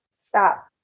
Stop